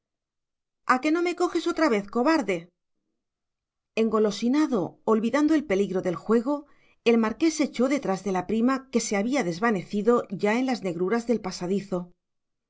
a que no me coges otra vez cobarde engolosinado olvidando el peligro del juego el marqués echó detrás de la prima que se había desvanecido ya en las negruras del pasadizo